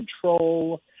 control